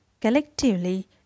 collectively